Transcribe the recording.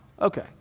Okay